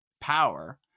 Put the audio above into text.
power